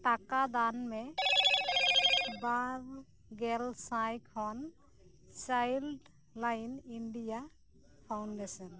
ᱴᱟᱠᱟ ᱫᱟᱱ ᱢᱮ ᱵᱟᱨ ᱜᱮᱞ ᱥᱟᱭ ᱠᱷᱚᱱ ᱪᱟᱭᱤᱞᱰ ᱞᱟᱭᱤᱱ ᱤᱱᱰᱤᱭᱟ ᱯᱷᱟᱣᱩᱱᱰᱮᱥᱮᱱ